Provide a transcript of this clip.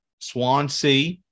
Swansea